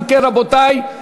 מיכל רוזין,